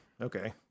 okay